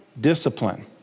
discipline